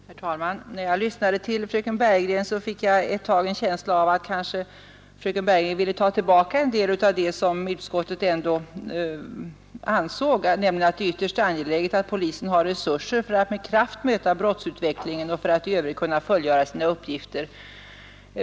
Herr talman! När jag lyssnade till fröken Bergegren fick jag ett tag en känsla av att hon kanske ville ta tillbaka en del av det som utskottet ändå ansåg, nämligen att det är ytterst angeläget att polisen har resurser för att med kraft möta brottsutvecklingen och för att i övrigt kunna fullgöra sina uppgifter.